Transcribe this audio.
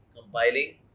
compiling